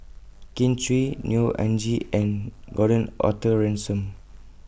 Kin Chui Neo Anngee and Gordon Arthur Ransome